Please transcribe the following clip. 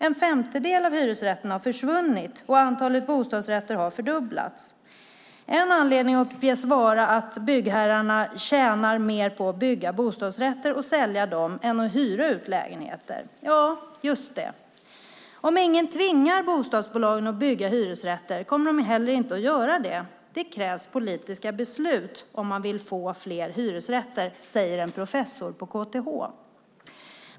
En femtedel av hyresrätterna har försvunnit, och antalet bostadsrätter har fördubblats. En anledning uppges vara att byggherrarna tjänar mer på att bygga bostadsrätter och sälja dem än att hyra ut lägenheter. Ja, just det. Om ingen tvingar bostadsbolagen att bygga hyresrätter kommer de heller inte att göra det. Det krävs politiska beslut om man vill få fler hyresrätter, säger en professor på KTH.